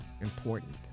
important